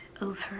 over